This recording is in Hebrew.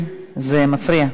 זה מפריע.